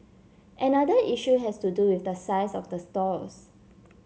another issue has to do with the size of the stalls